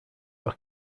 are